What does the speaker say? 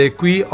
qui